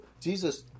Jesus